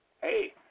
Hey